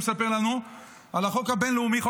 שמספר לנו על החוק הבין-לאומי.